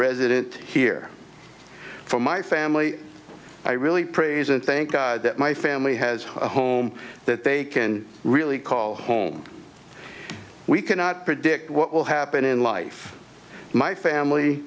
residence here from my family i really praise and thank god that my family has a home that they can really call home we cannot predict what will happen in life my family